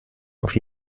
auf